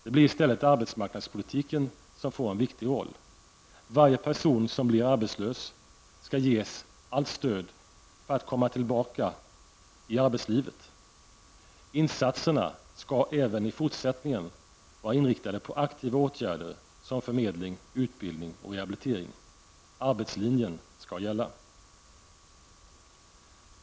Det blir i stället arbetsmarknadspolitiken som får en viktig roll. Varje person som blir arbetslös skall ges allt stöd för att komma tillbaka i arbetslivet. Insatserna skall även i fortsättningen vara inriktade på aktiva åtgärder som förmedling, utbildning och rehabilitering. Arbetslinjen ska gälla.